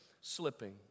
slipping